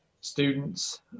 students